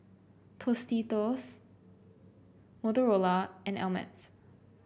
Tostitos Motorola and Ameltz